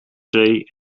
zee